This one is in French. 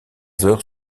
heures